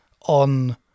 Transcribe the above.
on